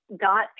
got